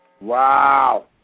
Wow